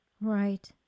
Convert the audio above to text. Right